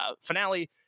finale